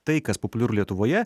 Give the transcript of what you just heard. tai kas populiaru lietuvoje